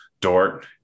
Dort